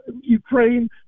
Ukraine